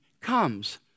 comes